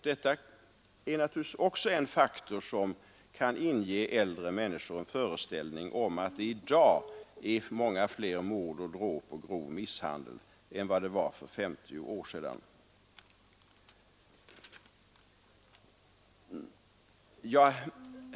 Detta är naturligtvis också en faktor, som kan inge äldre människor en föreställning om att det i dag är många fler mord och dråp och grova misshandelsbrott än för 50 år sedan.